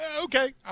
Okay